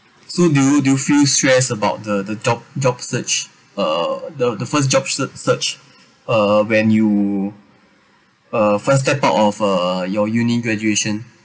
so do you do you feel stressed about the the job job search uh the the first jobs sear~ search uh when you uh first step out of uh your uni~ graduation